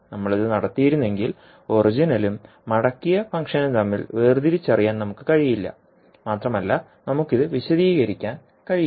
നമ്മൾ ഇത് നടത്തിയിരുന്നെങ്കിൽ ഒറിജിനലും മടക്കിയ ഫംഗ്ഷനും തമ്മിൽ വേർതിരിച്ചറിയാൻ നമുക്ക് കഴിയില്ല മാത്രമല്ല നമുക്ക് ഇത് വിശദീകരിക്കാൻ കഴിയില്ല